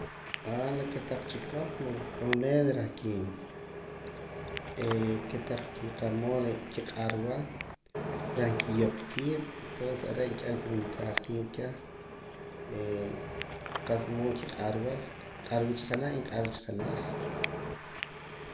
Aaaa la kotaq chikoq reh ki kotaq kimood reh qiq'arwa reh nkiyooq kiib' entonces are' nqib'an comunicar kiib' keh qa'sa mood nq'arwa cha nq'arwa cha junaj nq'arwa cha junaj